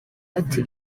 ati